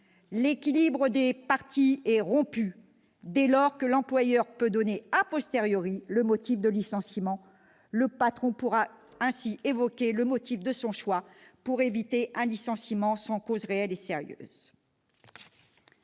L'équilibre des parties est rompu dès lors que l'employeur peut donner le motif de licenciement. Le patron pourra ainsi évoquer le motif de son choix pour éviter un licenciement sans cause réelle et sérieuse.